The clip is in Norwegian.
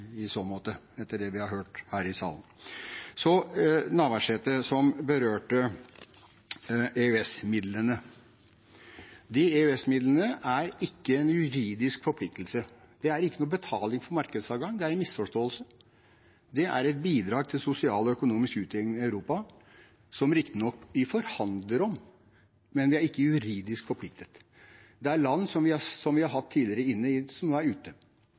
etter det vi har hørt her i salen. Så til Navarsete, som berørte EØS-midlene. EØS-midlene er ikke en juridisk forpliktelse. Det er ikke en betaling for markedsadgang, det er en misforståelse. Det er et bidrag til sosial og økonomisk utjevning i Europa, som vi riktignok forhandler om, men vi er ikke juridisk forpliktet. Det er land vi tidligere har hatt inne, som nå er ute. Jeg er klar over at Senterpartiet stryker disse i sine alternative budsjetter, og det er